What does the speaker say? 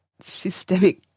systemic